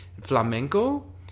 flamenco